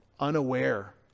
unaware